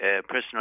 personal